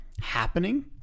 happening